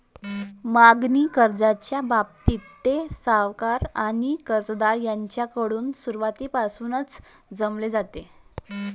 मागणी कर्जाच्या बाबतीत, ते सावकार आणि कर्जदार यांच्याकडून सुरुवातीपासूनच समजले जाते